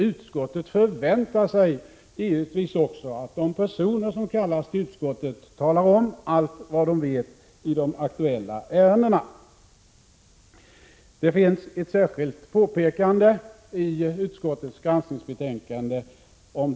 Utskottet förväntar sig givetvis också att de personer som kallas till utskottet talar om allt vad de vet i de aktuella ärendena. Det finns ett särskilt påpekande om detta i årets granskningsbetänkande.